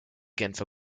genfer